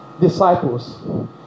disciples